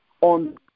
on